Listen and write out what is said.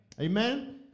Amen